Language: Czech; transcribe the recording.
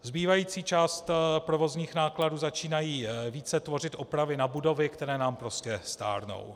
Zbývající část provozních nákladů začínají více tvořit opravy na budovy, které nám prostě stárnou.